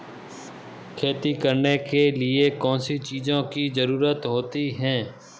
खेती करने के लिए कौनसी चीज़ों की ज़रूरत होती हैं?